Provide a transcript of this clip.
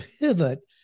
pivot